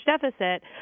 deficit